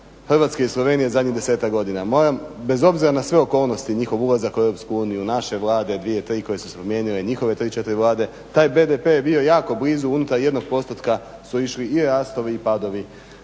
Hrvatske i Slovenije zadnjih 10-ak godina. Moram, bez obzira na sve okolnosti, njihov ulazak u EU, naše vlade dvije tri koje su se promijenile, njihove tri, četiri vlade, taj BDP je bio jako blizu unutar jednog postotka su išli i rastovi i padovi